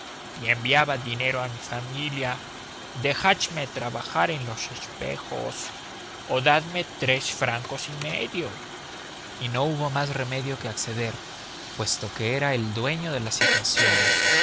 y enviaba dinero a mi familia dejadme trabajar en los espejos o dadme tres francos y medio y no hubo más remedio que acceder puesto que era el dueño de la situación